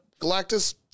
Galactus